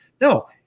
no